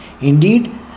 Indeed